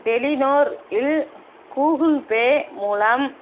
Telenor இல் Google Pay மூலம்